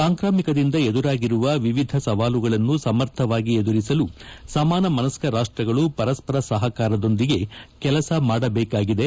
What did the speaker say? ಸಾಂಕ್ರಾಮಿಕದಿಂದ ಎದುರಾಗಿರುವ ವಿವಿಧ ಸವಾಲುಗಳನ್ನು ಸಮರ್ಥವಾಗಿ ಎದುರಿಸಲು ಸಮಾನ ಮನಸ್ನ ರಾಷ್ಟಗಳು ಪರಸ್ಪರ ಸಹಕಾರದೊಂದಿಗೆ ಕೆಲಸ ಮಾಡಬೇಕಾಗಿದೆ